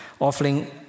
offering